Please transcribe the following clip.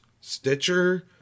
Stitcher